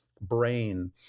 brain